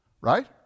Right